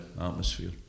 atmosphere